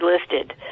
listed